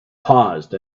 paused